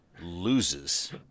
loses